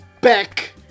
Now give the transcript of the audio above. back